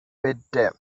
பெற்ற